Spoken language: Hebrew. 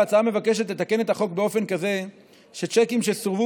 ההצעה מבקשת לתקן את החוק כך שצ'קים שסורבו